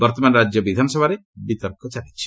ବର୍ତ୍ତମାନ ରାଜ୍ୟ ବିଧାନସଭାରେ ବିତର୍କ ଚାଲିଛି